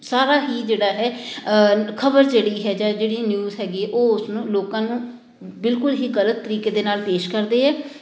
ਸਾਰਾ ਹੀ ਜਿਹੜਾ ਹੈ ਖਬਰ ਜਿਹੜੀ ਹੈ ਜਾਂ ਜਿਹੜੀ ਨਿਊਜ਼ ਹੈਗੀ ਉਹ ਉਸਨੂੰ ਲੋਕਾਂ ਨੂੰ ਬਿਲਕੁਲ ਹੀ ਗਲਤ ਤਰੀਕੇ ਦੇ ਨਾਲ ਪੇਸ਼ ਕਰਦੇ ਹੈ